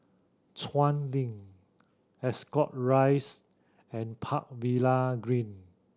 Chuan Link Ascot Rise and Park Villa Green